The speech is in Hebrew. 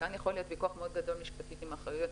וכאן יכול להיות ויכוח מאוד גדול משפטית על האחריויות,